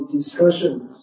discussions